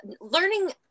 learning